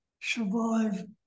survive